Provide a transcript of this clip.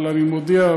אבל אני מודיע,